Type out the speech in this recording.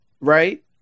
right